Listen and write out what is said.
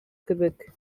кебек